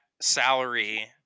salary